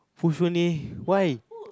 push only why